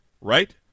right